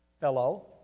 Hello